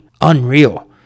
Unreal